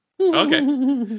Okay